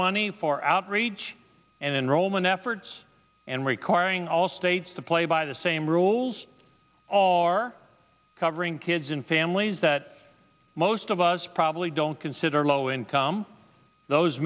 money for outreach and enrollment efforts and requiring all states to play by the same rules all are covering kids and families that most of us probably don't consider low income those